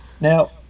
Now